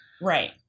Right